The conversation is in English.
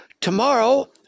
Tomorrow